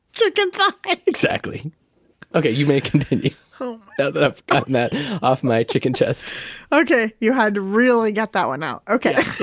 chicken thigh exactly okay. you may continue, now yeah that i've gotten that off my chicken chest okay. you had to really get that one out. okay yeah,